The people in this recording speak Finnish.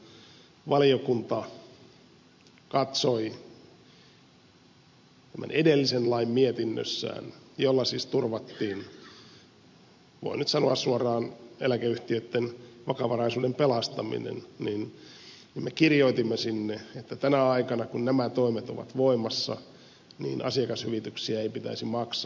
valiokunta katsoi tämän edellisen lain mietinnössään jolla siis turvattiin voin nyt sanoa suoraan eläkeyhtiöiden vakavaraisuuden pelastaminen ja kirjoitimme että tänä aikana kun nämä toimet ovat voimassa asiakashyvityksiä ei pitäisi maksaa